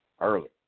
early